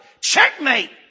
Checkmate